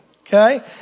okay